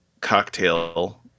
cocktail